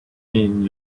mean